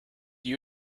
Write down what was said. you